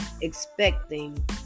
expecting